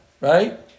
Right